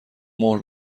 مهر